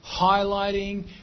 highlighting